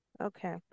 Okay